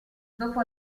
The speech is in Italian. dopo